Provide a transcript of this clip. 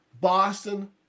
Boston